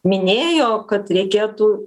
minėjo kad reikėtų